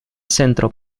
centro